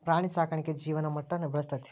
ಪ್ರಾಣಿ ಸಾಕಾಣಿಕೆ ಜೇವನ ಮಟ್ಟಾ ಬೆಳಸ್ತತಿ